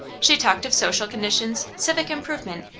she talked of social conditions, civic improvement,